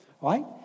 Right